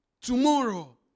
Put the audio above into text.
tomorrow